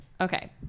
okay